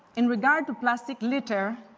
in regard to plastic litter,